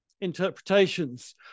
interpretations